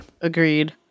Agreed